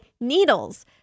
needles